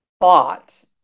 thought